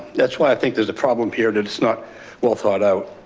that's why i think there's a problem period. it's not well thought out.